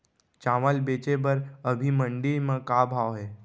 चांवल बेचे बर अभी मंडी म का भाव हे?